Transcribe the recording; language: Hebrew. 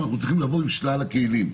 אנחנו צריכים לבוא עם שלל הכלים,